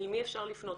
אל מי אפשר לפנות,